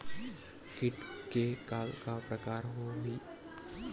कीट के का का प्रकार हो होही?